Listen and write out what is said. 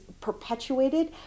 perpetuated